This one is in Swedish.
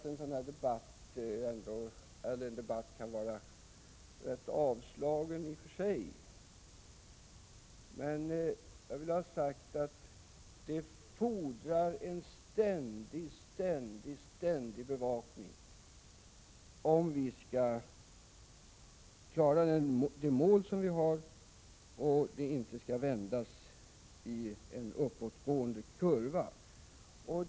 En sådan här debatt kan kanske vara rätt avslagen i och för sig, men jag vill ha sagt att det fordras en ständig bevakning, om vi skall kunna klara av att uppnå de mål som vi har och utvecklingen inte skall vändas i en uppåtgående konsumtionskurva.